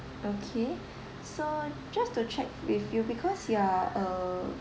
okay so just to check with you because you are uh